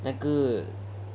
那个